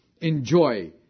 enjoy